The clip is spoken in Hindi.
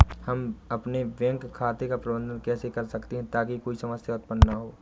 हम अपने बैंक खाते का प्रबंधन कैसे कर सकते हैं ताकि कोई समस्या उत्पन्न न हो?